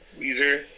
Weezer